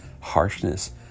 harshness